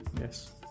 Yes